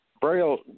Braille